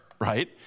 right